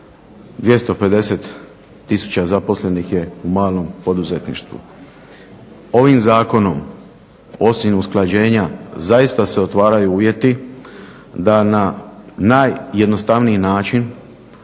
250 tisuća zaposlenih je u malom poduzetništvu. Ovim zakonom osim usklađenja zaista se otvaraju uvjeti da na najjednostavniji način